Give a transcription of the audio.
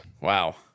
Wow